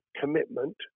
commitment